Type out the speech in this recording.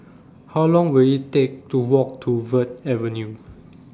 How Long Will IT Take to Walk to Verde Avenue